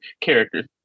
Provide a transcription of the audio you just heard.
characters